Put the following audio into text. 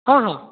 हां हां